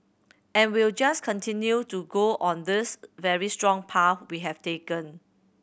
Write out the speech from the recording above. and we'll just continue to go on this very strong path we have taken